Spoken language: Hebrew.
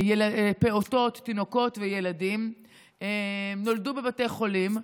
פעוטות, תינוקות וילדים נולדו בבתי חולים,